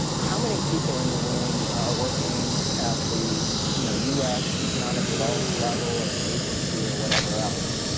how many people in the room are working at the, you know, u s. economic development level or an agency or whatever else?